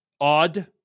Odd